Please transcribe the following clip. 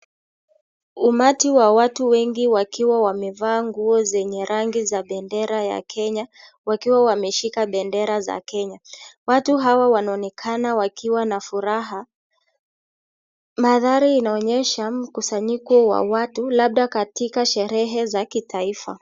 Umati wa watu wengi wakiwa wamevaa nguo zenye rangi za bendera ya Kenya, wakiwa wameshika bendera za Kenya. Watu hawa wanaonekana wakiwa na furaha. Mandhari inaonyesha mkusanyiko watu labda katika sherehe za kitaifa.